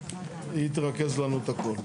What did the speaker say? היא תרכז לנו את הכל.